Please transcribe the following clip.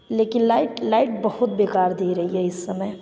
लेकिन light light बहुत बेकार दे रहे हैं इस समय